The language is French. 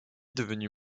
devenu